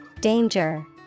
Danger